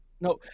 no